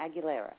Aguilera